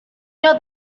know